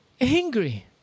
angry